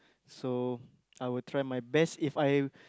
so I will try my best If I